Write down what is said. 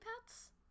pets